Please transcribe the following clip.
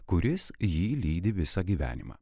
kuris jį lydi visą gyvenimą